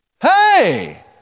Hey